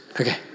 Okay